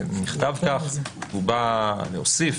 בא להוסיף,